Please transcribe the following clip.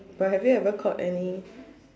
but have you ever caught any